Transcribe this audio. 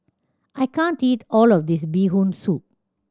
I can't eat all of this Bee Hoon Soup